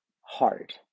hard